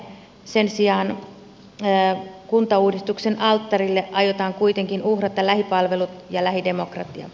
sen sijaan kuntauudistuksen alttarille aiotaan kuitenkin uhrata lähipalvelut ja lähidemokratia